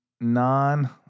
non